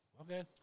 Okay